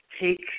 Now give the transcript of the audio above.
take